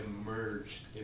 emerged